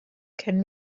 can